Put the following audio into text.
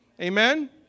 Amen